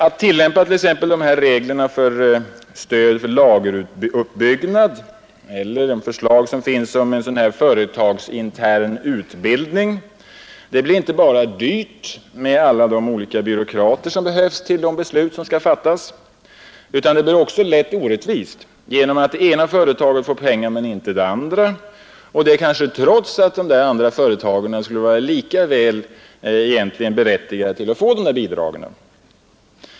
Att t.ex. tillämpa reglerna om stöd för lageruppbyggnad eller bestämmelserna om företagsintern utbildning blir inte bara dyrt med alla byråkrater som behövs för de beslut som skall fattas; det blir också lätt orättvist därigenom att det ena företaget får pengar men inte det andra — och detta kanske trots att det senare företaget borde vara lika berättigat till bidrag.